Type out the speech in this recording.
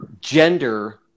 gender